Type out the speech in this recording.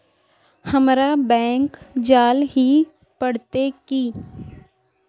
हमरा बैंक जाल ही पड़ते की?